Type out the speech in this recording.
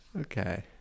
Okay